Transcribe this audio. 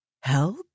Help